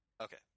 Okay